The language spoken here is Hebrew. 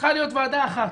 צריכה להיות ועדה אחת,